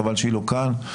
חבל שהיא לא כאן,